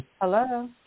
Hello